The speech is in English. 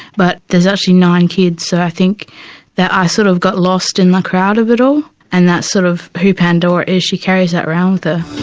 but there's actually nine kids, so i think that i sort of got lost in the crowd a little and that's sort of who pandora is, she carries that round with